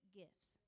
gifts